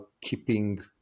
keeping